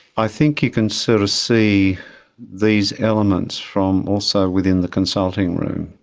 i think you can sort of see these elements from also within the consulting room.